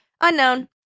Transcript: Unknown